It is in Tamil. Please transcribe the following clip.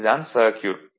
இது தான் சர்க்யூட்